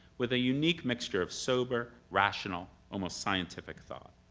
with a unique mixture of sober, rational, almost scientific thought.